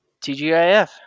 TGIF